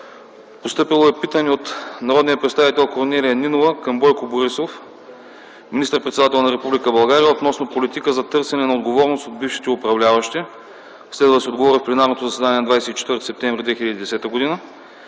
Постъпило е питане от народния представител Корнелия Нинова към Бойко Борисов – министър-председател на Република България, относно политика за търсене на отговорност от бившите управляващи. Следва да се отговори в пленарното заседание на 24 септември 2010 г.